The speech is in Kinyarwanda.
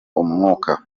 umwuka